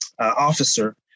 officer